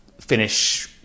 finish